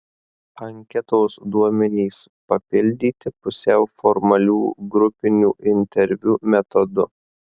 anketos duomenys papildyti pusiau formalių grupinių interviu metodu